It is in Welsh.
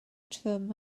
trwm